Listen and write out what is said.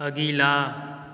अगिला